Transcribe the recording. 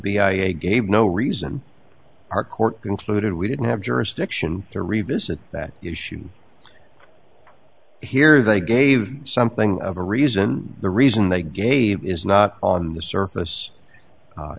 b i a gave no reason our court concluded we didn't have jurisdiction to revisit that issue here they gave something of a reason the reason they gave is not on the surface